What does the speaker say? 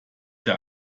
der